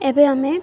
ଏବେ ଆମେ